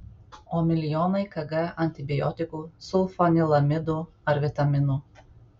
o milijonai kg antibiotikų sulfanilamidų ar vitaminų